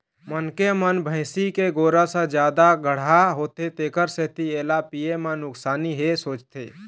मनखे मन भइसी के गोरस ह जादा गाड़हा होथे तेखर सेती एला पीए म नुकसानी हे सोचथे